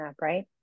right